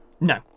No